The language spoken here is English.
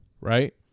right